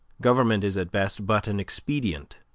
government is at best but an expedient